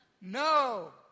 No